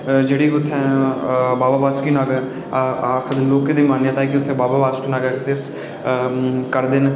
जेह्ड़ी उत्थै बाबा बासुकि नाग दी लोकें दी मान्यता ऐ कि उत्थै बाबा बासुकि नाग ऐग्ज़िट करदे न